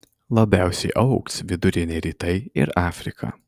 labiausiai augs viduriniai rytai ir afrika